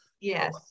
Yes